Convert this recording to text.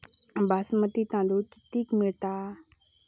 बासमती तांदूळ कितीक मिळता?